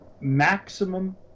maximum